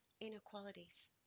inequalities